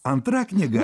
antra knyga